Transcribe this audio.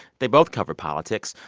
they both cover politics.